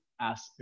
ask